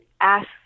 ask